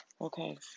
okay